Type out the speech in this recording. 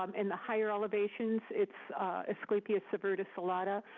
um in the higher elevations it's aesclepias subverticillata.